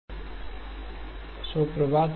polyphase decomposition continued शुभ प्रभात